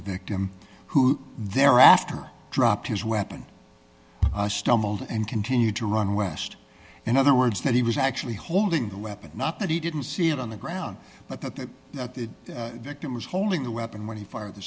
the victim who thereafter drop his weapon stumbled and continued to run west in other words that he was actually holding the weapon not that he didn't see it on the ground but that that that the victim was holding the weapon when he fired the